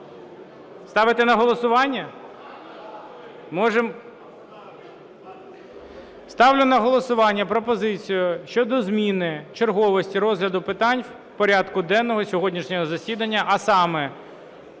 Ставити на голосування? Можемо. Ставлю на голосування пропозицію щодо зміни черговості розгляду питань порядку денного сьогоднішнього засідання, а саме: